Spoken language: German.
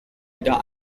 wieder